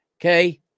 Okay